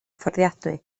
fforddiadwy